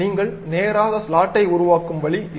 நீங்கள் நேராக ஸ்லாட்டை உருவாக்கும் வழி இது